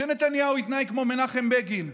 שנתניהו יתנהג כמו מנחם בגין.